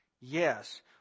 Yes